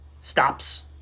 stops